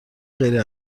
غیر